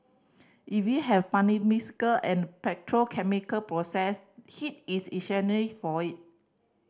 if you have and petrochemical process heat is for it